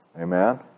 Amen